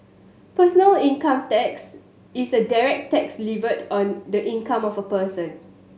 personal income tax is a direct tax levied on the income of a person